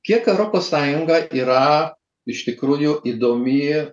kiek europos sąjunga yra iš tikrųjų įdomi